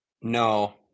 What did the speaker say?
No